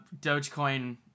Dogecoin